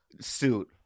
suit